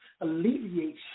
alleviate